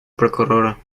прокурора